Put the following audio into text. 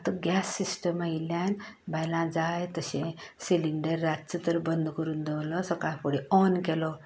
आता gas system आयिल्ल्यान बायलांक जाय तशें सिलिंडर रातचो तर बंद करून दवरल्लो सकाळ फुडें ऑन केलो